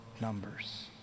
numbers